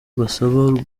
mbasaba